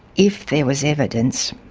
if there was evidence'.